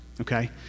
okay